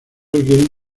requieren